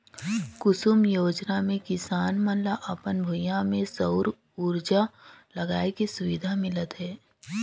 कुसुम योजना मे किसान मन ल अपन भूइयां में सउर उरजा लगाए के सुबिधा मिलत हे